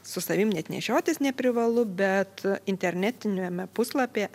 su savim net nešiotis neprivalu bet internetiniame puslapyje